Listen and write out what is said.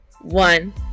one